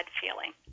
feeling